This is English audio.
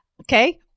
Okay